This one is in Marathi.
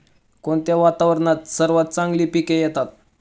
कोणत्या वातावरणात सर्वात चांगली पिके येतात?